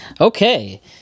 Okay